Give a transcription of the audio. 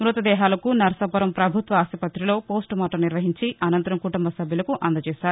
మృత దేహాలకు నర్సాపూరు పభుత్వ ఆసుపతిలో పోస్టుమార్టం నిర్వహించి అనంతరం కుటుంబ సభ్యులకు అందజేసారు